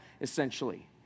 essentially